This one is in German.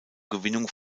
gewinnung